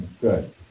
Good